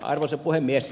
arvoisa puhemies